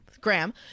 Graham